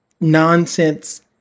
nonsense